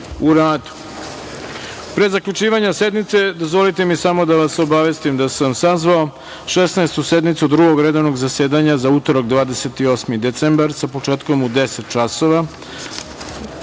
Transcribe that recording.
zaključivanja sednice dozvolite mi samo da vas obavestim da sam sazvao Šesnaestu sednicu Drugog redovnog zasedanja za utorak, 28. decembar, sa početkom u 10,00